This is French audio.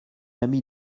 ami